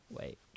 wait